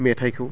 मेथाइखौ